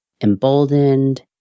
emboldened